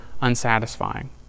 unsatisfying